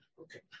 okay